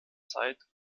zeit